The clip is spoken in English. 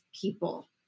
people